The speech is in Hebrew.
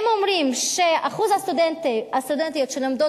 הם אומרים שאחוז הסטודנטיות שלומדות